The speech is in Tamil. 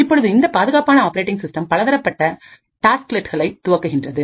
இப்பொழுது இந்த பாதுகாப்பான ஆப்பரேட்டிங் சிஸ்டம் பலதரப்பட்ட டாஸ்க் லெட்களை துவங்குகின்றது